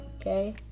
okay